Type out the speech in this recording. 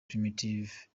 primitive